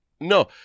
No